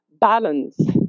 balance